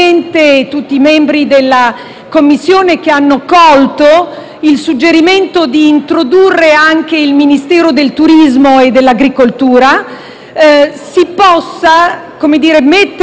Commissione, che hanno colto il suggerimento di introdurre anche il Ministero del turismo e dell'agricoltura - possa porre un'attenzione particolare